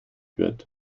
wird